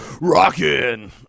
rockin